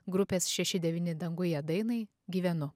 grupės šeši devyni danguje dainai gyvenu